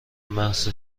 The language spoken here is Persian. محض